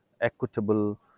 equitable